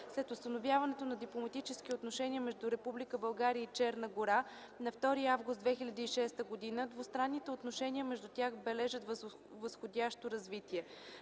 След установяването на дипломатически отношения между Република България и Черна гора на 2 август 2006 г. двустранните отношения между тях бележат възходящо развитие.